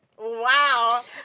Wow